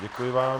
Děkuji vám.